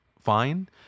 fine